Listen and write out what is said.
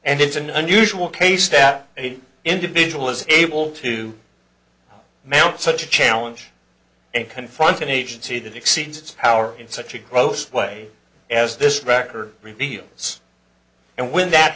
and it's an unusual case that individual is able to mount such a challenge and confront an agency that exceeds its powers in such a gross way as this record reveals and when that